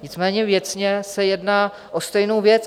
Nicméně věcně se jedná o stejnou věc.